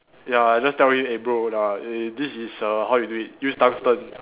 ya I just tell him eh bro lah eh this is err how you do it use tungsten